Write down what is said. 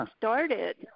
started